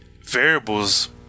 variables